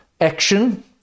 action